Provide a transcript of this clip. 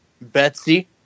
Betsy